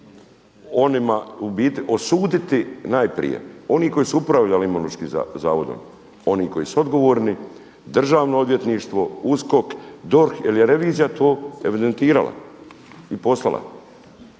biti osuditi najprije. Oni koji su upravljali Imunološkim zavodom, oni koji su odgovorni, državno odvjetništvo, USKOK, DORH jer je revizija to evidentirala i poslala.